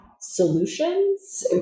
solutions